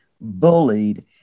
bullied